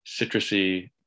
citrusy